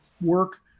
work